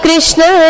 Krishna